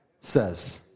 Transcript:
says